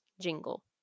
jingle